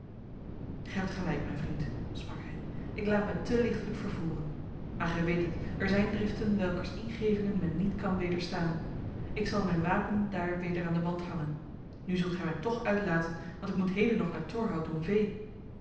gij hebt gelijk mijn vriend sprak hij ik laat mij te lichtelijk vervoeren maar gij weet het er zijn driften welkers ingevingen men niet kan wederstaan ik zal mijn wapen daar weder aan de wand hangen nu zult gij mij toch uitlaten want ik moet heden nog naar torhout om vee